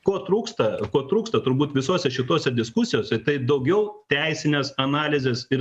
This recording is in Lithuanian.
ko trūksta ko trūksta turbūt visose šitose diskusijose tai daugiau teisinės analizės ir